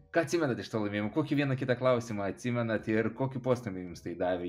ką atsimenat iš to laimėjimo kokį vieną kitą klausimą atsimenat ir kokį postūmį jums tai davė